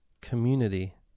community